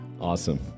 Awesome